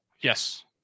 Yes